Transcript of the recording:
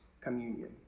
communion